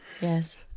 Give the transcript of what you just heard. yes